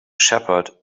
shepherd